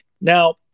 Now